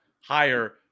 higher